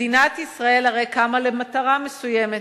מדינת ישראל הרי קמה למטרה מסוימת,